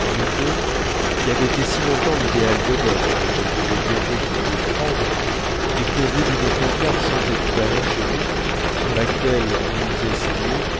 henri ii qui avait été si longtemps l'idéal d'odette et dont elle devait bientôt se déprendre et pourvu d'une pancarte sans équivalent chez nous sur laquelle on lisait ces mots